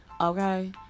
okay